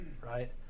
right